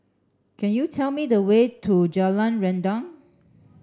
can you tell me the way to Jalan Rendang